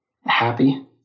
Happy